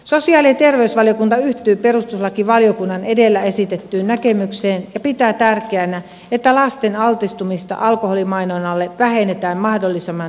sosiaali ja terveysvaliokunta yhtyy perustuslakivaliokunnan edellä esitettyyn näkemykseen ja pitää tärkeänä että lasten altistumista alkoholimainonnalle vähennetään mahdollisimman tehokkaasti